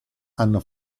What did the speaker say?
hanno